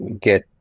get